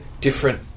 different